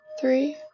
three